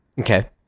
Okay